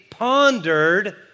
pondered